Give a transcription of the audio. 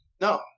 No